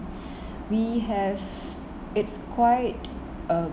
we have it's quite uh